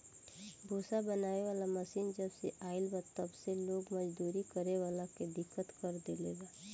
भूसा बनावे वाला मशीन जबसे आईल बा तब से लोग मजदूरी करे वाला के दिक्कत कर देले बा